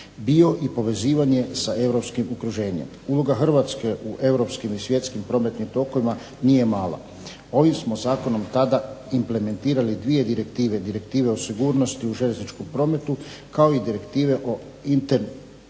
bio i povezivanje sa Europskim okruženjem. Uloga Hrvatske u Europskim i svjetskim prometnim tokovima nije mala, ovim smo Zakonom tada implementirali dvije direktive o sigurnosti u željezničkom prometu kao i direktive o